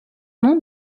nom